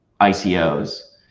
ICOs